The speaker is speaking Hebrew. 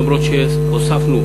למרות שהוספנו,